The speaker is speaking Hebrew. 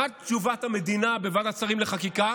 מה תשובת המדינה בוועדת השרים לחקיקה?